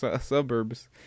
suburbs